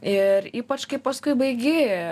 ir ypač kai paskui baigi